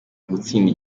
gutsinda